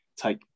take